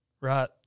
right